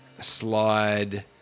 slide